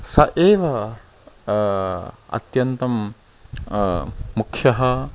स एव अत्यन्तं मुख्यः